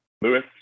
Lewis